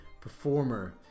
performer